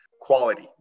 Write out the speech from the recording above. quality